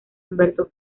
humberto